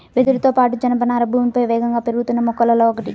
వెదురుతో పాటు, జనపనార భూమిపై వేగంగా పెరుగుతున్న మొక్కలలో ఒకటి